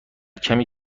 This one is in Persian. کمی